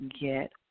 get